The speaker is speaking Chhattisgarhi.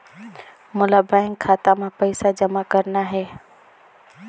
मोला बैंक खाता मां पइसा जमा करना हे?